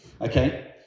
Okay